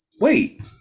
wait